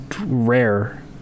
rare